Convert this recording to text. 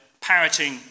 parroting